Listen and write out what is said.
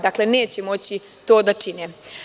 Dakle, neće moći to da čine.